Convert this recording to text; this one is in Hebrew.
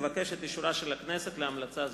אבקש את אישור הכנסת להמלצה זו.